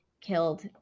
killed